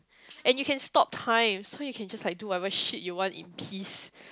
and you can stop time so you can just like do whatever shit you want in peace